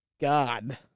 God